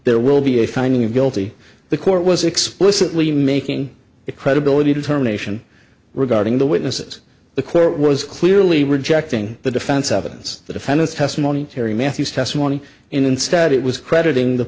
there will be a finding of guilty the court was explicitly making it credibility determination regarding the witnesses the court was clearly rejecting the defense evidence the defendant's testimony terry matthews testimony instead it was crediting the